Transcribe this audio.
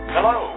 Hello